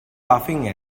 laughing